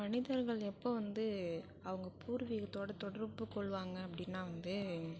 மனிதர்கள் எப்போ வந்து அவங்க பூர்வீகத்தோட தொடர்பு கொள்வாங்க அப்படினா வந்து